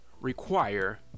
require